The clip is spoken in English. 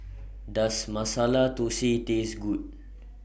Does Masala Thosai Taste Good